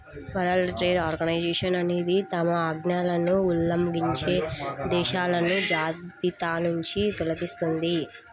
world trade organisation అనేది తమ ఆజ్ఞలను ఉల్లంఘించే దేశాలను జాబితానుంచి తొలగిస్తుంది